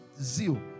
zeal